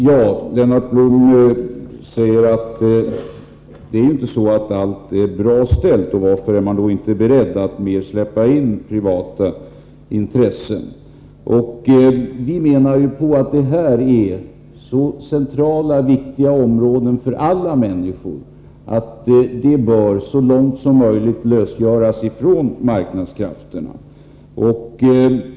Fru talman! Lennart Blom säger att allt inte är bra ställt och frågar varför vi inte är mera beredda att släppa in privata intressen. Vi menar att detta för alla människor är så centrala och viktiga områden att de så långt som möjligt bör lösgöras från marknadskrafterna.